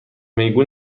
میگو